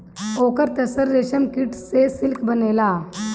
ओकर तसर रेशमकीट से सिल्क बनेला